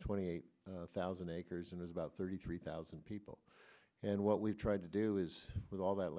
twenty eight thousand acres and is about thirty three thousand people and what we've tried to do is with all that